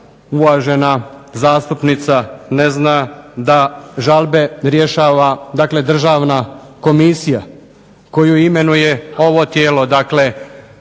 uvažena zastupnica ne zna da žalbe rješava dakle Državna komisija koju imenuje ovo tijelo, ovaj